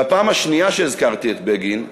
והפעם השנייה שהזכרתי את בגין בריאיון,